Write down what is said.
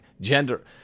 gender